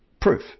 proof